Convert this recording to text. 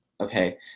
okay